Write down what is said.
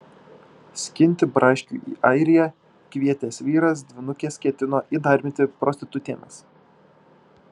skinti braškių į airiją kvietęs vyras dvynukes ketino įdarbinti prostitutėmis